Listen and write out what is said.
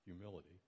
humility